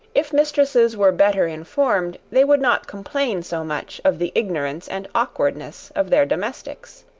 if mistresses were better informed, they would not complain so much of the ignorance and awkwardness of their domestics.